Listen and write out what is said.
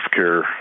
healthcare